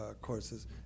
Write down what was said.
courses